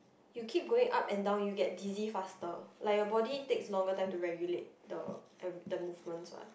you keep going up and down you get dizzy faster like your body takes longer time to regulate the every~ the movements what